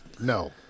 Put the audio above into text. no